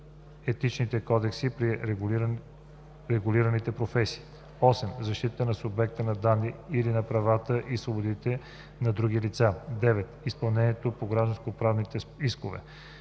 етичните кодекси при регулираните професии; 8. защитата на субекта на данните или на правата и свободите на други лица; 9. изпълнението по гражданскоправни искове.